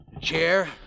chair